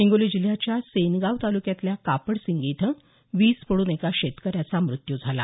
हिंगोली जिल्ह्याच्या सेनगाव तालुक्यातल्या कापडसिंगी इथं वीज पड्रन एका शेतकऱ्याचा मुत्यू झाला